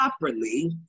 properly